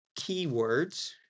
keywords